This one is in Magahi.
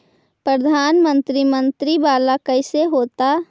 प्रधानमंत्री मंत्री वाला कैसे होता?